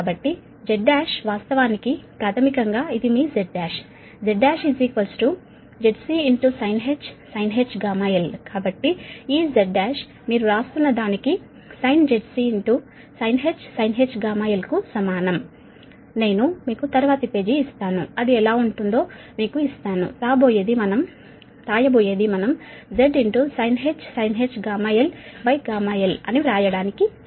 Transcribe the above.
కాబట్టి Z1 వాస్తవానికి ప్రాథమికంగా ఇది మీ Z1 Z1 ZC sinh γl కాబట్టి ఈ Z1 మీరు వ్రాస్తున్నదానికి ZCsinh γl కు సమానం నేను మీకు తరువాతి పేజీ ఇస్తాను అది ఎలా ఉంటుందో మీకు ఇస్తాను రాబోయేది మనం Z sinh γl γl అని వ్రాయడానికి సమానం